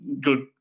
Good